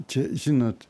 čia žinot